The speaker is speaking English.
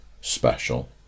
special